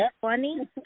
funny